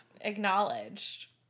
acknowledged